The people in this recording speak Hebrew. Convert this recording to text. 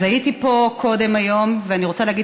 אז הייתי פה קודם היום ואני רוצה להגיד